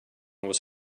was